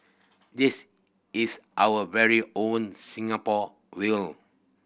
this is our very own Singapore whale